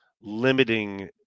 limiting